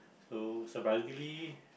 so surprisingly